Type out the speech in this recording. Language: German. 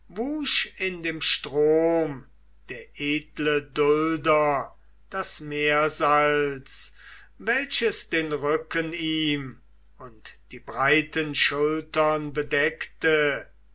in den strom der edle dulder das meersalz welches den rücken ihm und die breiten schultern bedeckte